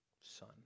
son